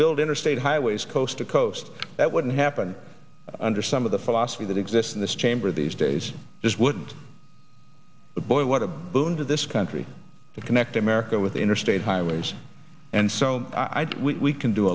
build interstate highways coast to coast that wouldn't happen under some of the philosophy that exists in this chamber these days this would a boy what a boon to this country to connect america with interstate highways and so i do we can do